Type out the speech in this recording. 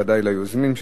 ודאי ליוזמים,